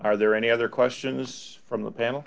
are there any other questions from the panel